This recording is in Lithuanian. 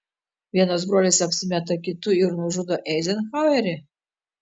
vienas brolis apsimeta kitu ir nužudo eizenhauerį